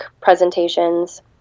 presentations